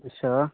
अच्छा